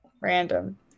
random